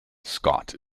scott